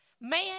Man